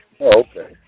okay